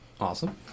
Awesome